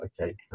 okay